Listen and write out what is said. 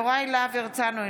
אינו נוכח יוראי להב הרצנו,